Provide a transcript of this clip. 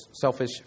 selfish